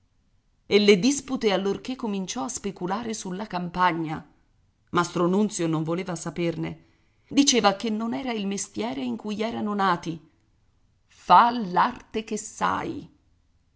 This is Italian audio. e le dispute allorché cominciò a speculare sulla campagna mastro nunzio non voleva saperne diceva che non era il mestiere in cui erano nati fa l'arte che sai